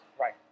Right